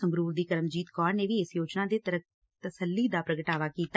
ਸੰਗਰੂਰ ਦੀ ਕਰਮਜੀਤ ਕੌਰ ਨੇ ਵੀ ਇਸ ਯੋਜਨਾ ਤੇ ਤਸੱਲੀ ਦਾ ਪ੍ਗਟਾਵਾ ਕੀਤਾ